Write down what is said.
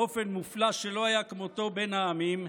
באופן מופלא שלא היה כמותו בין העמים,